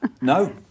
No